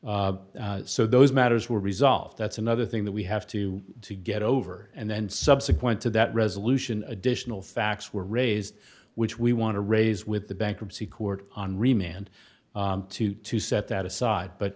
so so those matters were resolved that's another thing that we have to to get over and then subsequent to that resolution additional facts were raised which we want to raise with the bankruptcy court on remand to to set that aside but